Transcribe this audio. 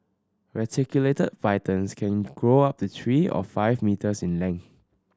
reticulated pythons can grow up to three to five metres in length